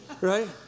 right